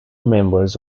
members